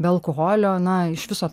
be alkoholio na iš viso